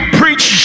preach